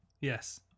Yes